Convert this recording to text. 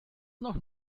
noch